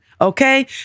okay